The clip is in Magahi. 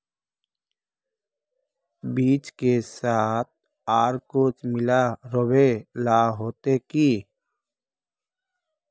बीज के साथ आर कुछ मिला रोहबे ला होते की?